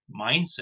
mindset